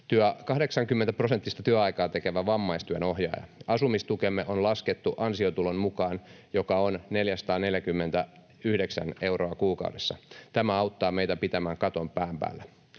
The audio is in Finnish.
80-prosenttista työaikaa tekevä vammaistyön ohjaaja. Asumistukemme on laskettu ansiotulon mukaan, joka on 449 euroa kuukaudessa. Tämä auttaa meitä pitämään katon pään